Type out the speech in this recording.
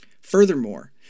Furthermore